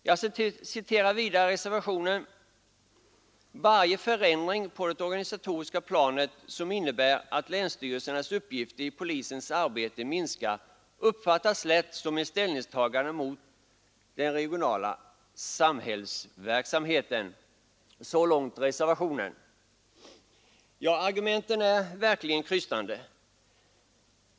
Jag citerar vidare i reservationen: ” Varje förändring på det organisatoriska planet som innebär att länsstyrelsernas uppgifter i polisens arbete minskar uppfattas lätt som ett ställningstagande mot den regionala samhällsverksamheten.” Argumenten är verkligen krystade.